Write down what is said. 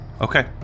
Okay